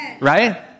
Right